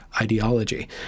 ideology